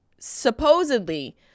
supposedly